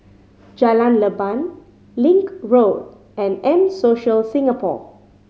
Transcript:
Jalan Leban Link Road and M Social Singapore